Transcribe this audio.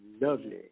Lovely